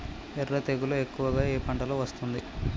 ఎర్ర తెగులు ఎక్కువగా ఏ పంటలో వస్తుంది?